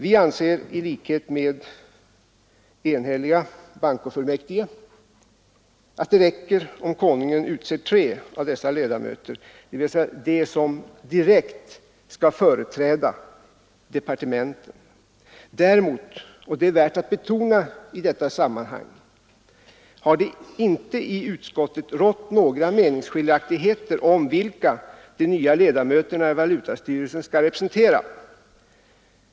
Vi anser i likhet med de eniga bankofullmäktige att det räcker om Kungl. Maj:t utser tre av dessa ledamöter, dvs. de som direkt skall företräda departementen. Däremot — och det är värt att betona i sammanhanget — har det inte i utskottet rått några meningsskiljaktigheter om vilka de nya ledamöterna i valutastyrelsen skall representera.